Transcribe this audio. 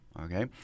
Okay